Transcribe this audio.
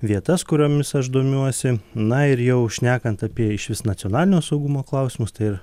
vietas kuriomis aš domiuosi na ir jau šnekant apie išvis nacionalinio saugumo klausimus tai ir